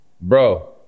bro